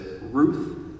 Ruth